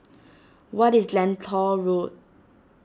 what is Lentor Road